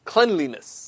cleanliness